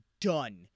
done